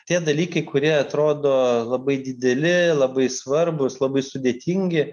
tie dalykai kurie atrodo labai dideli labai svarbūs labai sudėtingi